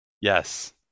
Yes